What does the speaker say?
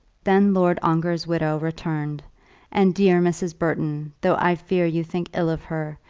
then lord ongar's widow returned and dear mrs. burton, though i fear you think ill of her,